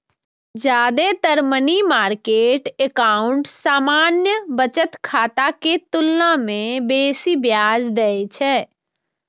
जादेतर money market account सामान्य बचत खाता के तुलना मे बेसी ब्याज दै छै